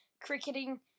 cricketing